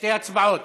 שתי הצבעות.